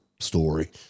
story